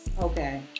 Okay